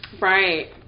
right